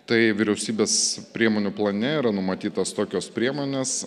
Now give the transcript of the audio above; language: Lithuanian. tai vyriausybės priemonių plane yra numatytos tokios priemonės